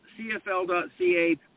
CFL.ca